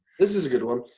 this is a good one,